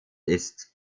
ist